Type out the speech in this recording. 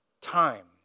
time